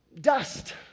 dust